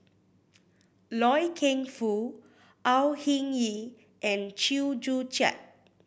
Loy Keng Foo Au Hing Yee and Chew Joo Chiat